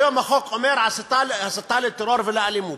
היום החוק אומר הסתה לטרור ולאלימות,